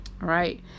right